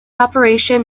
operation